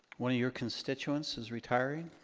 one of your constituents is retiring.